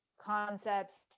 concepts